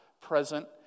present